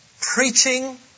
preaching